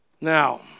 Now